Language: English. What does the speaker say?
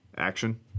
Action